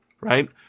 right